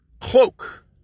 cloak